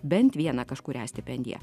bent vieną kažkurią stipendiją